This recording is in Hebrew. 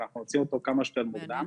ואנחנו נוציא אותו כמה שיותר מוקדם.